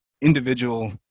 individual